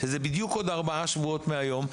שזה בדיוק עוד ארבעה שבועות מהיום,